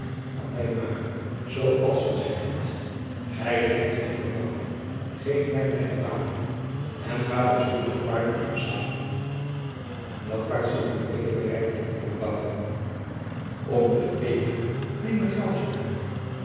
van mij maken zoo als van zijn hemd gij hebt het gehoord bouke geef mij mijne wapenen en ga dan spoedig de paarden opzadelen welk paard zal ued berijden vroeg bouke om t even neem het graauwtje maar